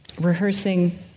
rehearsing